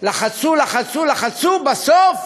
הם לחצו, לחצו, לחצו, ובסוף